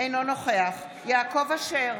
אינו נוכח יעקב אשר,